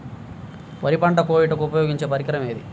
వరి పంట కోయుటకు ఉపయోగించే పరికరం ఏది?